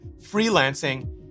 freelancing